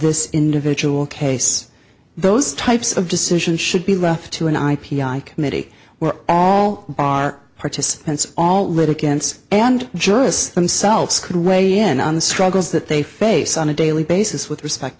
this individual case those types of decisions should be left to an ip i committee were all our participants all litigants and jurists themselves could weigh in on the struggles that they face on a daily basis with respect